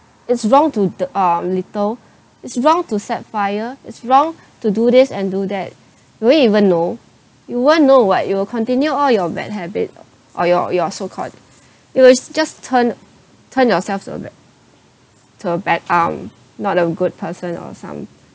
it's wrong to the um litter it's wrong to set fire it's wrong to do this and do that will you even know you won't know [what] you will continue all your bad habit or your your so-called you'll just turn turn yourself to a bad to a bad um not a good person or some